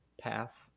path